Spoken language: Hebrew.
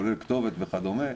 כולל כתובת וכדומה,